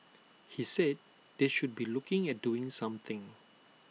he said they should be looking at doing something